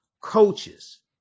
coaches